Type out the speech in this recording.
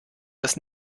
das